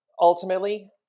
ultimately